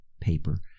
paper